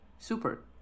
Super